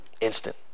Instant